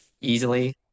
easily